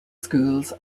schools